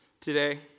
today